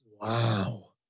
Wow